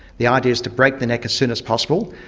the idea is to break the neck as soon as possible,